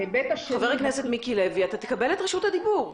חבר הכנסת מיקי לוי, אתה תקבל את רשות הדיבור.